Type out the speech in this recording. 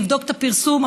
אני אבדוק את הפרסום,